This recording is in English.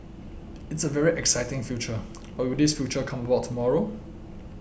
it's a very exciting future but will this future come about tomorrow